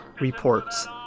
reports